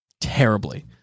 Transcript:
terribly